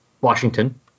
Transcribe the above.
Washington